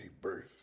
Birth